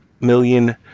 million